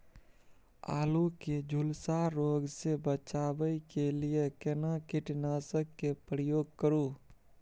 आलू के झुलसा रोग से बचाबै के लिए केना कीटनासक के प्रयोग करू